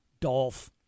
Dolph